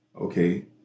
okay